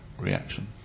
reaction